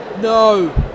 No